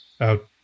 out